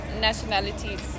nationalities